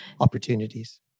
opportunities